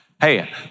hey